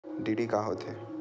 DD का होथे?